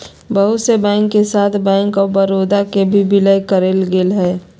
बहुत से बैंक के साथ बैंक आफ बडौदा के भी विलय करेल गेलय हें